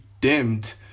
dimmed